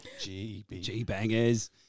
G-Bangers